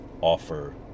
offer